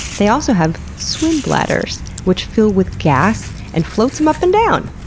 they also have swim bladders, which fill with gas and floats them up and down,